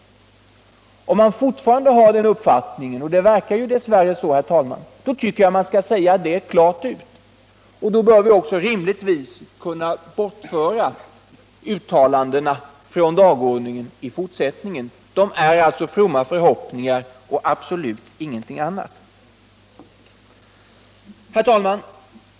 Om man fortfarande har den uppfattningen — och det verkar dess värre så, herr talman — tycker jag man skall säga det klart ut. Då bör vi också rimligtvis kunna bortföra uttalandena från dagordningen i fortsättningen. Det är fromma förhoppningar och absolut ingenting annat. Herr talman!